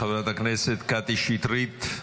חברת הכנסת קטי שטרית,